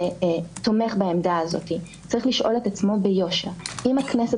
אף פעם לא יכול להחליף את הפיקוח של שני בתי נבחרים או